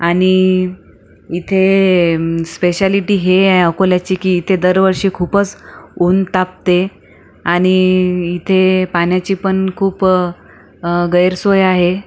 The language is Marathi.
आणि इथे स्पेशालिटी हे आहे अकोल्याची की इथे दर वर्षी खूपच ऊन तापते आणि इथे पाण्याची पण खूप गैरसोय आहे